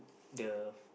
the